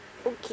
okay